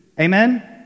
Amen